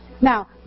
Now